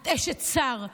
את אשת שר,